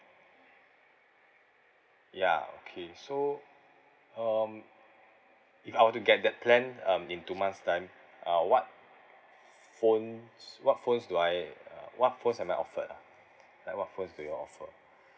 ya okay so um if I were to get that plan um in two months' time uh what ph~ phones what phones do I uh what phones am I offered ah like what phones do you all offer